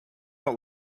out